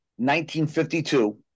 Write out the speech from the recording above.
1952